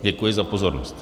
Děkuji za pozornost.